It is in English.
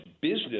business